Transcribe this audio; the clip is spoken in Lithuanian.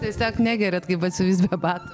tiesiog negeriat kaip batsiuvys be batų